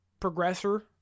progressor